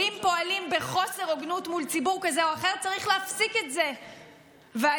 ואם פועלים בחוסר הוגנות מול ציבור כזה או אחר,